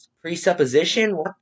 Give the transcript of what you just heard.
presupposition